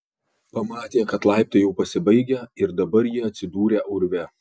pamatė kad laiptai jau pasibaigę ir dabar jie atsidūrę urve